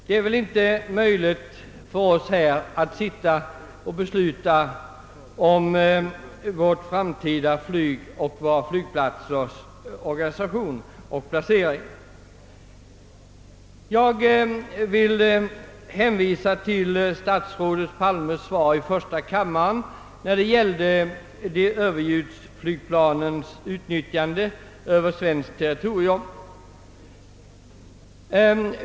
Det är väl inte möjligt för oss att sitta här och besluta om vårt framtida flyg och om våra flygplatsers organisation och placering. Jag vill hänvisa till statsrådet Palmes svar i första kammaren om Ööverljudsflygplanens utnyttjande över svenskt territorium.